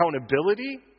accountability